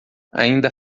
ainda